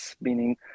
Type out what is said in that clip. meaning